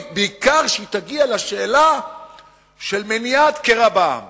בעיקר כשהיא תגיע לשאלה של מניעת קרע בעם